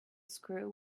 screw